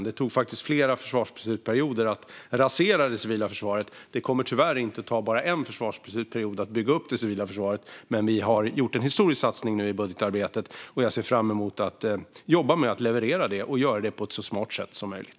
Det tog flera försvarsperioder att rasera det civila försvaret, och det kommer tyvärr inte att ta endast en försvarsperiod att bygga upp det igen. Vi har dock gjort en historisk budgetsatsning, och jag ser fram emot att jobba med att leverera den och göra det på ett så smart sätt som möjligt.